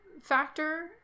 factor